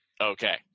okay